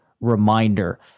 reminder